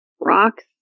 rocks